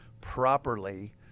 properly